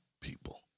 people